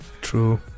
True